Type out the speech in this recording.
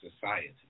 society